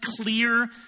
clear